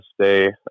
stay